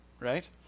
right